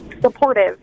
supportive